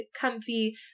comfy